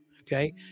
okay